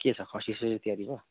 के छ खसीससीको तयारी भयो